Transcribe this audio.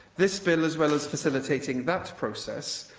this bill, as well as facilitating that process,